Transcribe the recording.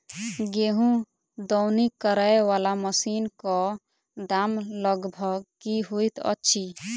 गेंहूँ दौनी करै वला मशीन कऽ दाम लगभग की होइत अछि?